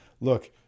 look